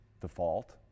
default